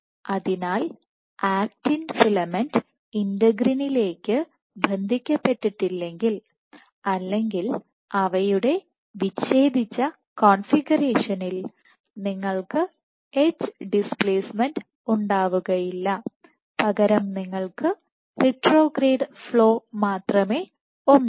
അതിനാൽ actin filament Actin ഇന്റഗ്രിനിലേക്ക് ബന്ധിക്കപ്പെട്ടിട്ടില്ലെങ്കിൽ അല്ലെങ്കിൽ അവയുടെ വിച്ഛേദിച്ച കോൺഫിഗറേഷനിൽ നിങ്ങൾക്ക് എഡ്ജ് ഡിസ്പ്ലേസ്മെന്റ് ഉണ്ടാകില്ല പകരം നിങ്ങൾക്ക് റിട്രോഗ്രേഡ് ഫ്ലോ മാത്രമേ ഉണ്ടാകൂ